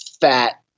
fat